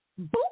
boop